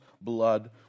blood